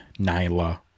Nyla